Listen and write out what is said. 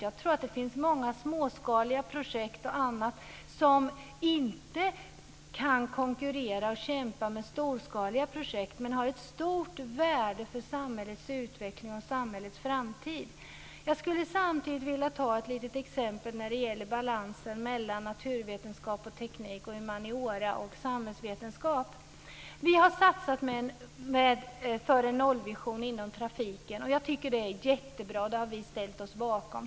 Jag tror att det finns många småskaliga projekt och annat som inte kan konkurrera och kämpa med storskaliga projekt men som har ett stort värde för samhällets utveckling och framtid. Jag skulle vilja passa på och ta ett exempel när det gäller balansen mellan naturvetenskap och teknik samt humaniora och samhällsvetenskap. Vi har satsat på en nollvision inom trafiken och det tycker jag är jättebra. Det har vi ställt oss bakom.